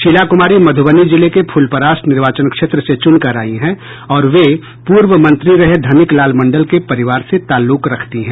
शीला कुमारी मधुबनी जिले के फुलपरास निर्वाचन क्षेत्र से चुनकर आयी हैं और वे पूर्व मंत्री रहे धनिक लाल मंडल के परिवार से ताल्लुक रखती हैं